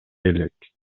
элек